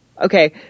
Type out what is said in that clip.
okay